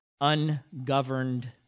ungoverned